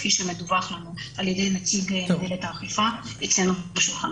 כפי שמדווח לנו על ידי נציג מנהלת האכיפה אצלנו בשולחן